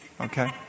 okay